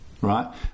right